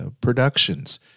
productions